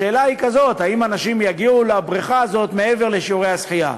השאלה היא כזאת: האם אנשים יגיעו לבריכה הזאת מעבר לשיעורי השחייה?